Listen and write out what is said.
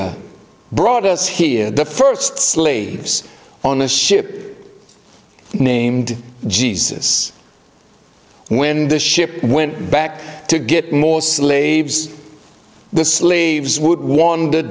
trader brought us here the first slaves on a ship named jesus when the ship went back to get more slaves the slaves w